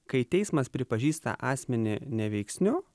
kai teismas pripažįsta asmenį neveiksniu